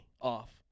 off